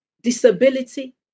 disability